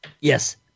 Yes